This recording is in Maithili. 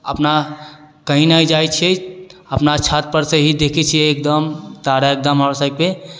अपना कहिं नहि जाइ छियै अपना छत परसँ हि देखै छियै एकदम तारा एकदम आओर सभके